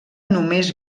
només